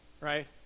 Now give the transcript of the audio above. right